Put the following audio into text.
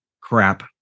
crap